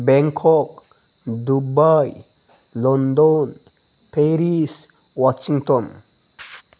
Bangkok Dubai London Paris Washington